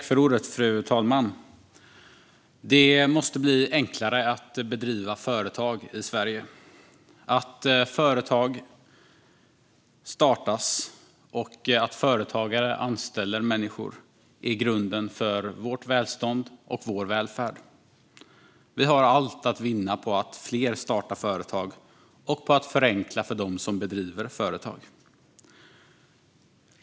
Fru talman! Det måste bli enklare att driva företag i Sverige. Att företag startas och att företagare anställer människor är grunden för vårt välstånd och vår välfärd. Vi har allt att vinna på att fler startar företag och på att förenkla för dem som driver företag.